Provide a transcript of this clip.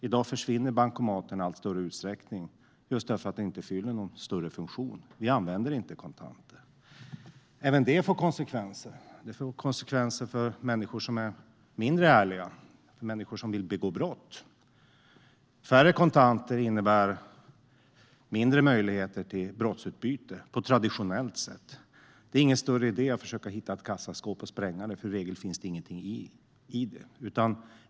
I dag försvinner bankomaterna i allt större utsträckning just eftersom de inte fyller någon större funktion. Vi använder inte kontanter. Även det får konsekvenser. Det får konsekvenser för människor som är mindre ärliga, människor som vill begå brott. Färre kontanter innebär mindre möjligheter till brottsutbyte på traditionellt sätt. Det är ingen större idé att försöka hitta ett kassaskåp och spränga det, för i regel finns det ingenting i det.